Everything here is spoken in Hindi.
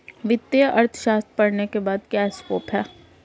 वित्तीय अर्थशास्त्र पढ़ने के बाद क्या स्कोप है?